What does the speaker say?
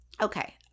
Okay